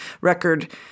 record